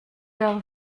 leur